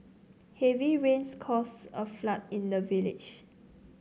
heavy rains caused a flood in the village